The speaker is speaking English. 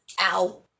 ow